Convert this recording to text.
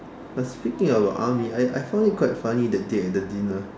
speaking about army I I found it quite funny that they had the dinner